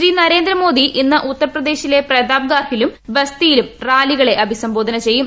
ശ്രീ നരേന്ദ്രമോദി ഇന്ന് ഉത്തർപ്രദേ ശിലെ പ്രതാപ് ഗാർഹിലും ബസ്തിയിലും റാലികളെ അഭിസംബോധന ചെയ്യും